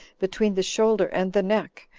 between the shoulder and the neck,